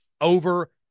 over